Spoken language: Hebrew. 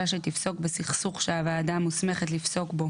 שתפסוק בסכסוך שהוועדה מוסמכת לפסוק בו